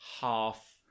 half